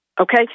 Okay